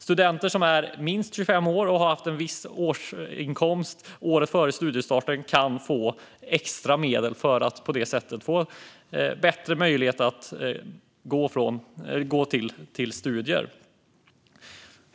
Studenter som är minst 25 år och som har haft en viss årsinkomst året före studiestarten kan få extra medel för att på det sättet få bättre möjlighet att gå till studier.